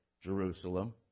Jerusalem